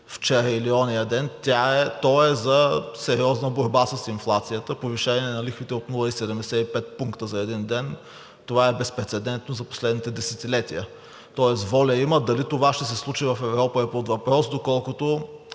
вчера или онзи ден. То е за сериозна борба с инфлацията, повишение на лихвите от 0,75 пункта за един ден – това е безпрецедентно за последните десетилетия, тоест воля има. Дали това ще се случи в Европа, е под въпрос, доколкото,